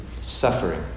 suffering